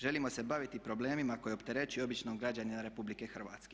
Želimo se baviti problemima koji opterećuju običnog građanina RH.